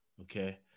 Okay